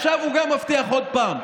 עכשיו הוא גם מבטיח עוד פעם,